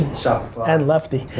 shopify. and lefty.